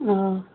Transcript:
ꯑꯥ